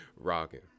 Rocking